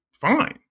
fine